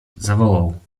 zawołał